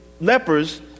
lepers